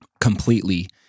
completely